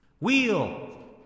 Wheel